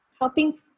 helping